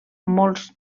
molts